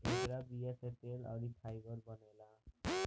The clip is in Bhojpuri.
एकरा बीया से तेल अउरी फाइबर बनेला